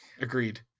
Agreed